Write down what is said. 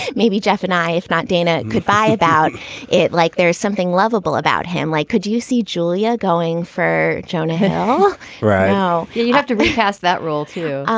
and maybe jeff and i if not dana, goodbye about it. like there's something lovable about him. like, could you see julia going for jonah hill right now? you have to recast that role, too.